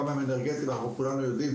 וכמה הם אנרגטיים כולנו יודעים.